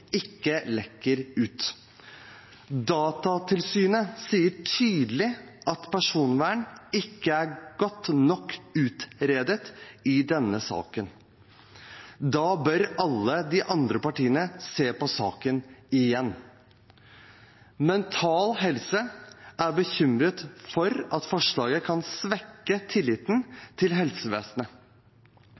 ikke lekker ut. Datatilsynet sier tydelig at personvern ikke er godt nok utredet i denne saken. Da bør alle de andre partiene se på saken igjen. Mental Helse er bekymret for at forslaget kan svekke tilliten til helsevesenet.